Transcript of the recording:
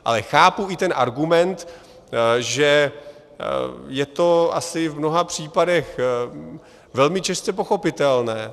Ale chápu i ten argument, že je to asi v mnoha případech velmi těžce pochopitelné.